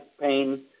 pain